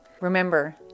Remember